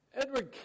Edward